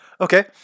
Okay